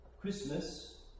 Christmas